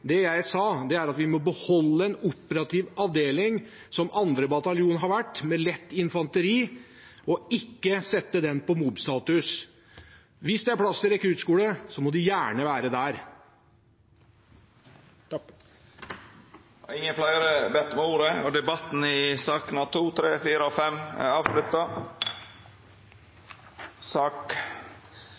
Det jeg sa, var at vi må beholde en operativ avdeling, som 2. bataljon har vært, med lett infanteri og ikke sette den på mob-status. Hvis det er plass til rekruttskole, må den gjerne være der. Fleire har ikkje bedt om ordet til sakene nr. 2–5. Etter ønske frå arbeids- og sosialkomiteen vil presidenten føreslå at sakene nr. 6 og